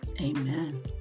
Amen